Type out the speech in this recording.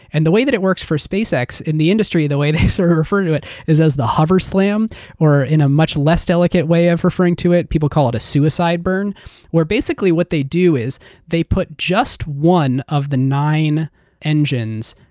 and the way that it works for spacex in the industry, the way they sort of refer to it is as the hoverslam or in a much less delicate way of referring to it. people call it a suicide burn where basically what they do is they put just one of the nine engines.